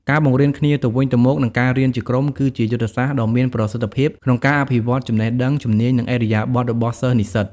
ការបង្រៀនគ្នាទៅវិញទៅមក និងការរៀនជាក្រុម គឺជាយុទ្ធសាស្ត្រដ៏មានប្រសិទ្ធភាពក្នុងការអភិវឌ្ឍចំណេះដឹង ជំនាញ និងឥរិយាបថរបស់សិស្សនិស្សិត។